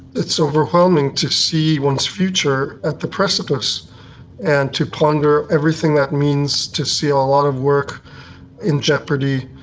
it's overwhelming to see one's future at the precipice and to ponder everything that means, to see all a lot of work in jeopardy.